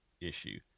issue